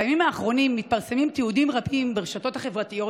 בימים האחרונים מתפרסמים תיעודים רבים ברשתות החברתיות